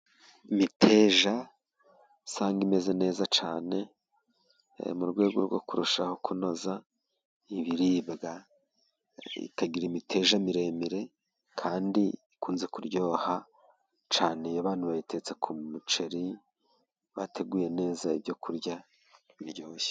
Imiteja usanga imeze neza cyane mu rwego rwo kurushaho kunoza ibiribwa, ikagira imiteja miremire kandi ikunze kuryoha cyane iyo abantu bayitetse ko muceri, bateguye neza ibyo kurya biryoshye.